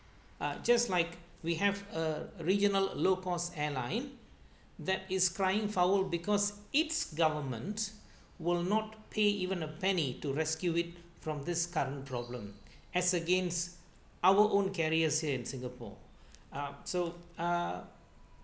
ah just like we have a regional low cost airline that is crying foul because it's government will not pay even a penny to rescue it from this current problem as against our own carriers here in singapore ah so uh